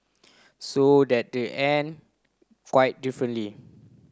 so that they ended quite differently